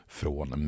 från